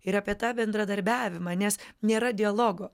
ir apie tą bendradarbiavimą nes nėra dialogo